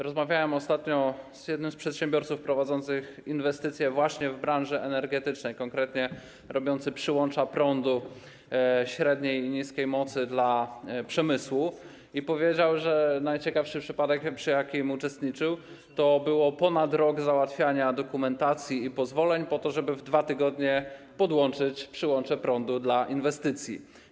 Rozmawiałem ostatnio z jednym z przedsiębiorców prowadzących inwestycje właśnie w branży energetycznej - konkretnie: robiącym przyłącza prądu średniej i niskiej mocy dla przemysłu - i powiedział, że najciekawszy przypadek, w jakim uczestniczył, polegał na ponadrocznym załatwianiu dokumentacji i pozwoleń po to, żeby w 2 tygodnie podłączyć przyłącze prądu dla inwestycji.